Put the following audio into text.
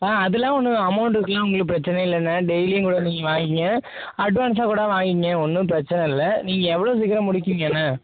ஆ அதெலாம் ஒன்றும் அமௌன்டுக்கெலாம் உங்களுக்கு பிரச்சின இல்லைண்ண டெயிலேயும் கூட நீங்கள் வாங்க்கிங்க அட்வான்ஸாக கூட வாங்க்கிங்க ஒன்றும் பிரச்சின இல்லை நீங்கள் எவ்வளோ சீக்கிரம் முடிப்பிங்கண்ணே